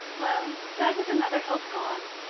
well, that is another hope gone.